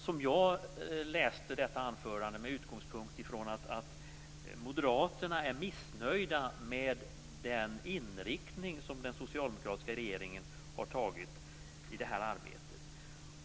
Som jag tolkade detta anförande var utgångspunkten att Moderaterna är missnöjda med den inriktning som den socialdemokratiska regeringen har givit det här arbetet.